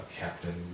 Captain